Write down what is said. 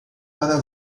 para